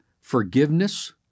forgiveness